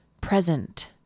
present